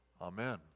Amen